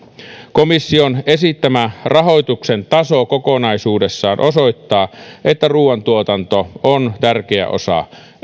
komission esittämä rahoituksen taso kokonaisuudessaan osoittaa että ruuantuotanto on tärkeä osa